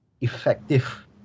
effective